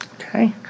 Okay